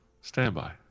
Standby